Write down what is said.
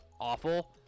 awful